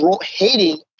hating